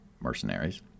mercenaries